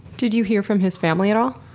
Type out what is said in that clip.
did you hear from his family at all?